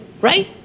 Right